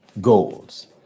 goals